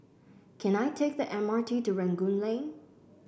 can I take the M R T to Rangoon Lane